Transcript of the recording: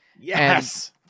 Yes